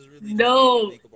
No